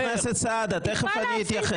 חבר הכנסת סעדה, תכף אני אתייחס.